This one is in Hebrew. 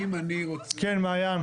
כן, מעיין.